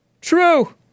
True